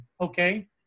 Okay